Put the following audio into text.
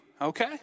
okay